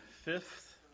fifth